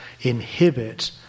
inhibit